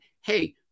hey